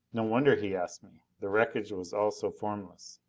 no wonder he asked me! the wreckage was all so formless.